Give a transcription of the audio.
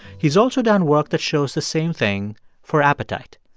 he's also done work that shows the same thing for appetite.